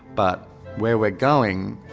but where we're going